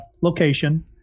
location